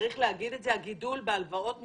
צריך להגיד את זה, הגידול בהלוואות מותאמות,